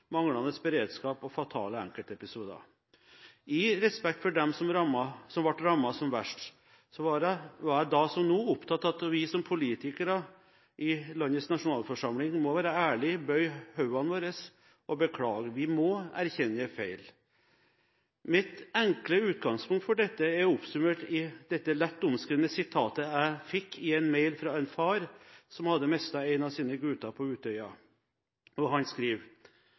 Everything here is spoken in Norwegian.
manglende beredskap og fatale enkeltepisoder. I respekt for dem som ble rammet som verst, var jeg – da, som nå – opptatt av at vi som politikere i landets nasjonalforsamling må være ærlige, bøye hodene våre og beklage. Vi må erkjenne feil. Mitt enkle utgangspunkt for dette er oppsummert i et sitat fra en mail jeg fikk fra en far som hadde mistet en av sine gutter på Utøya. Han skriver: